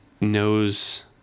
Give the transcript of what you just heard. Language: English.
knows